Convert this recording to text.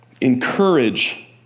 Encourage